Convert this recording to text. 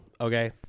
Okay